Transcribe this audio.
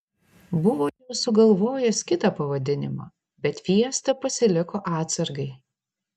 buvo jau sugalvojęs kitą pavadinimą bet fiestą pasiliko atsargai